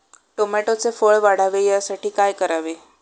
टोमॅटोचे फळ वाढावे यासाठी काय करावे?